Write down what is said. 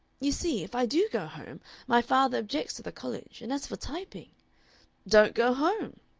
you see, if i do go home my father objects to the college, and as for typing don't go home.